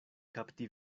kapti